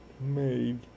made